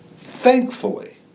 Thankfully